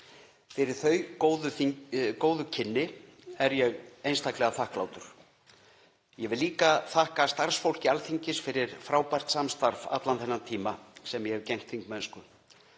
Fyrir þau góðu kynni er ég einstaklega þakklátur. Ég vil líka þakka starfsfólki Alþingis fyrir frábært samstarf allan þennan tíma sem ég hef gegnt þingmennsku.